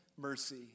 mercy